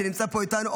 שנמצא פה איתנו,